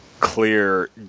clear